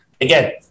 again